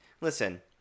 listen